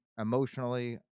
Emotionally